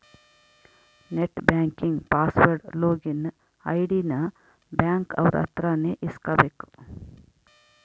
net banking password login ID ನ bank ಅವ್ರ ಅತ್ರ ನೇ ಇಸ್ಕಬೇಕು